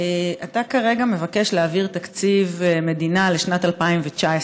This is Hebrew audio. אתה כרגע מבקש להעביר תקציב מדינה לשנת 2019,